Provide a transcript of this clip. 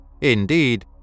Indeed